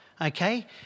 Okay